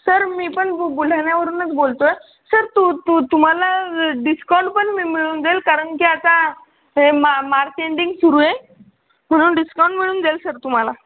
sir मी पण बु बुलढाण्यावरूनच बोलतोय सर तू तू तुम्हाला डिस्काऊंट पण मि मिळून जाईल कारण की आता हे मा मार्च एंडिंग सुरू आहे म्हणून डिस्काऊंट मिळून जाईल सर तुम्हाला